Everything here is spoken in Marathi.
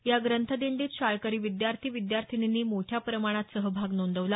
या ग्रंथदिंडीत शाळकरी विद्यार्थी विद्यार्थिनींनी मोठ्या प्रमाणात सहभाग नोंदवला